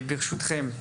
ברשותכם,